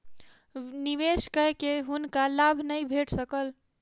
निवेश कय के हुनका लाभ नै भेट सकल